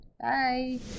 Bye